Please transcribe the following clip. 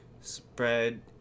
spread